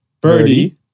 Birdie